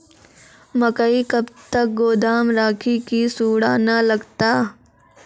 मकई कब तक गोदाम राखि की सूड़ा न लगता?